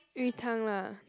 鱼汤 lah